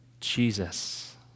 Jesus